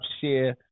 share